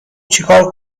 چیکار